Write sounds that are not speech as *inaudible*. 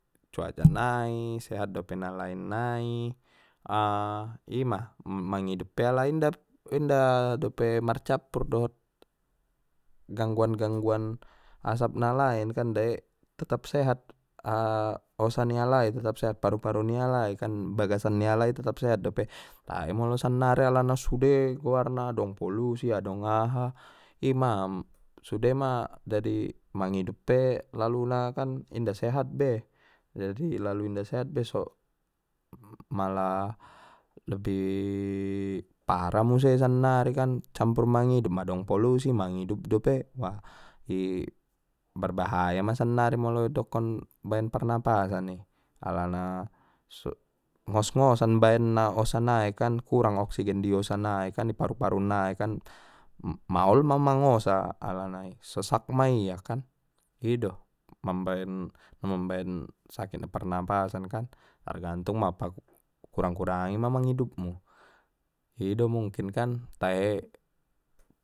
Cuaca nai *noise* sehat dope na lain nai a ima mangidup pe alai inda-inda dope marcappur dohot gangguan gangguan asap na lain kan dae tetap sehat osa ni alai paru-paru ni alai kan bagasan ni alai tetap sehat dope tae molo sannari alana sude goarna adong polusi adong aha ima sudema jadi mangidup pe laluna inda sehat be jadi lalu inda sehat be so mala lebih *hesitation* parah muse sannari kan campur mangidup madong polusi mangidup dope wah i marbahaya ma sannari molo dokon baen parnafasan i alana so ngosngosan baen osa nai kurang oksigen di osa nai kan i paru-paru nai kan maol ma mangosa alana i sosak ma ia kan i do mambaen-mambaen sakit na parnafasan kan targantung ma kurang-kurangi ma mangidup mu i do mungkin kan tae.